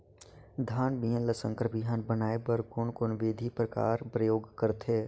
धान बिहान ल संकर बिहान बनाय बर कोन कोन बिधी कर प्रयोग करथे?